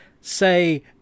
say